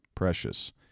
precious